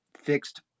fixed